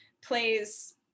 plays